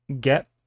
get